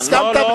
אם הוא מוכן,